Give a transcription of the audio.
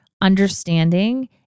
understanding